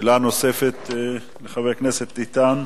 שאלה נוספת לחבר הכנסת איתן.